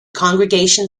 congregation